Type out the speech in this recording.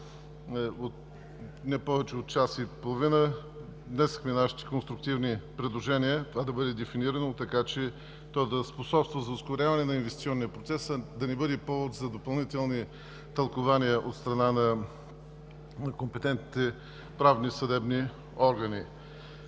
не повече от час и половина, внесохме нашите конструктивни предложения това да бъде дефинирано така, че то да способства за ускоряване на инвестиционния процес, да не бъде повод за допълнителни тълкувания от страна на компетентните правни, съдебни органи.